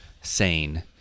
sane